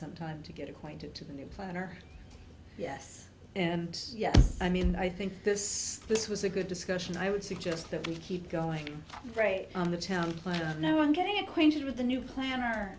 some time to get acquainted to the new plan or yes and yes i mean i think this this was a good discussion i would suggest that we keep going great on the town plan now on getting acquainted with a new plan